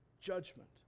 judgment